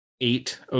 eight